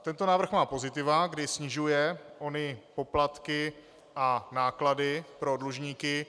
Tento návrh má pozitiva, kdy snižuje ony poplatky a náklady pro dlužníky.